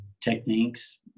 techniques